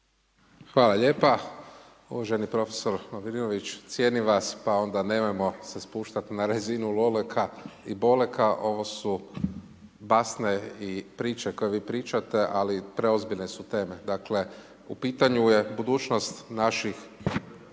Hvala lijepa. Uvaženi profesor Lovrinović, cijenim vas pa ona nemojmo se spuštati na razini Loleka i Boleka, ovo su basne i priče koje vi pričate ali preozbiljne su teme. Dakle u pitanju je budućnost naših